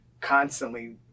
constantly